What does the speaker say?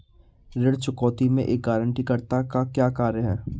ऋण चुकौती में एक गारंटीकर्ता का क्या कार्य है?